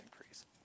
increase